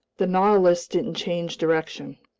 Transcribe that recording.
the nautilus didn't change direction.